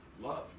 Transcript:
love